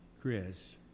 Chris